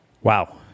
Wow